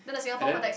and then